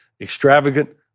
extravagant